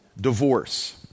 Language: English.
Divorce